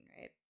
right